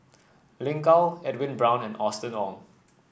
Lin Gao Edwin Brown and Austen Ong